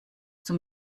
zum